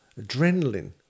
adrenaline